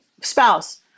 spouse